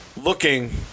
looking